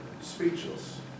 speechless